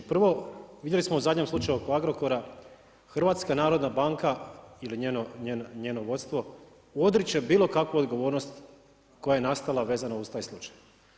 Prvo, vidjeli smo u zadnjem slučaju oko Agrokora, HNB ili njeno vodstvo odriče se bilokakve odgovornosti koja je nastala vezano uz taj slučaj.